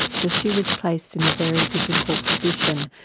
so she was placed in a very difficult position.